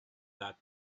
that